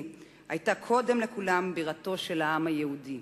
היתה קודם לכולם בירתו של העם היהודי.